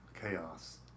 chaos